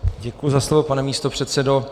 Děkuji za slovo, pane místopředsedo.